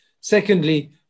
Secondly